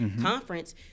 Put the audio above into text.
conference